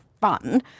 fun